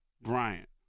Bryant